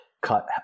cut